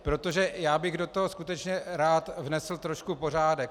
Protože já bych do toho skutečně rád vnesl trošku pořádek.